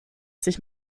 sich